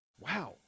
Wow